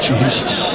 Jesus